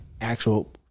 actual